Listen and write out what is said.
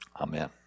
Amen